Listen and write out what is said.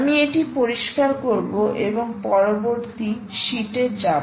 আমি এটি পরিষ্কার করব এবং পরবর্তী শীটে যাব